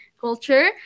culture